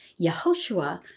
Yehoshua